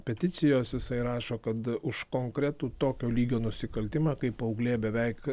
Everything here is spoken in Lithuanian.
peticijos jisai rašo kad už konkretų tokio lygio nusikaltimą kai paauglė beveik